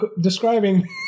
describing